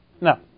No